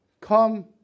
Come